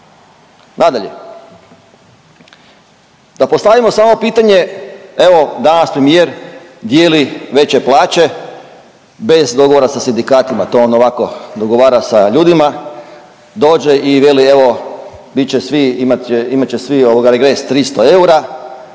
Nadalje, da postavimo samo pitanje evo danas premijer dijeli veće plaće bez dogovora sa sindikatima to on ovako dogovara sa ljudima, dođe i veli evo bit će